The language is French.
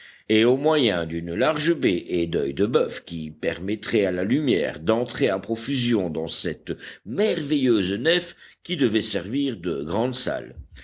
et au moyen d'une large baie et doeils de boeuf qui permettraient à la lumière d'entrer à profusion dans cette merveilleuse nef qui devait servir de grande salle